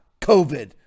COVID